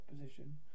position